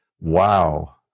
wow